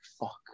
fuck